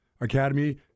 Academy